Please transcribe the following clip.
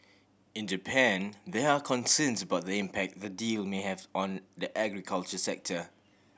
in Japan there are concerns about the impact the deal may have on the agriculture sector